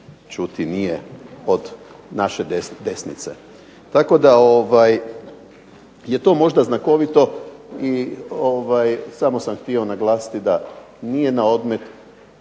čuti nije od naše desnice. Tako da je to možda znakovito i samo sam htio naglasiti da nije na odmet